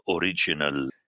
original